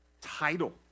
title